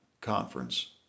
conference